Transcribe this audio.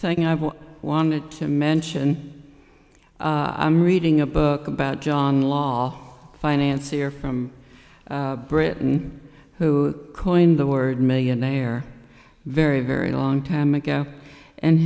thinking i wanted to mention i'm reading a book about john law financier from britain who coined the word millionaire very very long time ago and